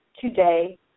today